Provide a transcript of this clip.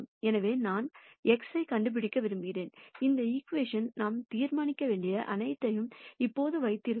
எனவே நான் ஒரு x ஐ கண்டுபிடிக்க விரும்புகிறேன் இந்த ஈகிவேஷன் நாம் தீர்க்க வேண்டிய அனைத்தையும் இப்போது வைத்திருக்கிறோம்